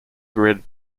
grid